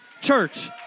Church